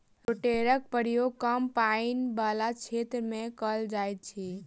रोटेटरक प्रयोग कम पाइन बला क्षेत्र मे कयल जाइत अछि